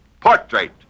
Portrait